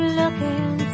looking